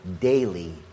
daily